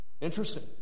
Interesting